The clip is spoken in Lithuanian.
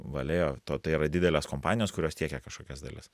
valeo to tai yra didelės kompanijos kurios tiekia kažkokias dalis